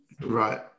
Right